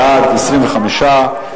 בעד, 25,